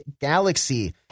Galaxy